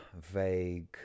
vague